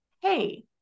hey